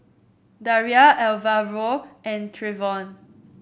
Daria Alvaro and Trevion